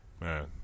man